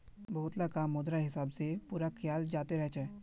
बहुतला काम मुद्रार हिसाब से पूरा कियाल जाते रहल छे